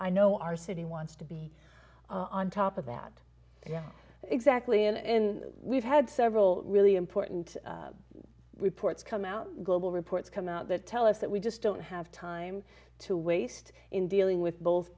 i know our city wants to be on top of that yeah exactly and we've had several really important reports come out global reports come out that tell us that we just don't have time to waste in dealing with both